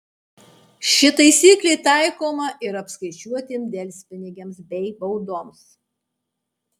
ši taisyklė taikoma ir apskaičiuotiems delspinigiams bei baudoms